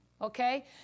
Okay